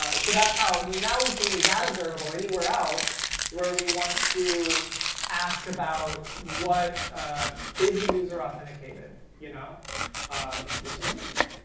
ah so that's how now we can use that observable anywhere else where we want to ask about what is the user authenticated. you know which is need.